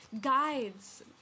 guides